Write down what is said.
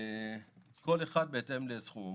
כל אחד בהתאם לסכום.